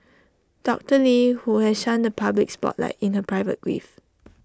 doctor lee who has shunned the public spotlight in her private grief